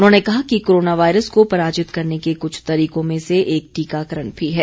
उन्होंने कहा कि कोरोना वायरस को पराजित करने के कुछ तरीकों में से एक टीकाकरण भी है